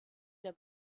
der